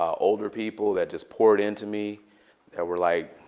um older people that just poured into me that were like,